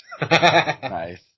Nice